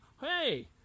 Hey